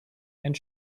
and